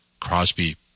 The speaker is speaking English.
Crosby